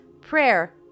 prayer